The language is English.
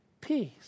peace